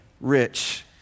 rich